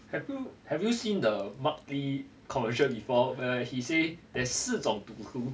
have you seen the mark lee commercial before where by he say there are 四种赌徒